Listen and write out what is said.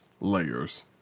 layers